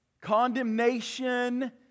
condemnation